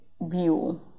view